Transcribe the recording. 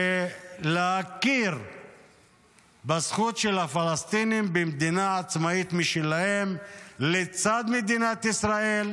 ולהכיר בזכות הפלסטינים במדינה עצמאית משלהם לצד מדינת ישראל.